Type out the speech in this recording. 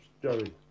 Jerry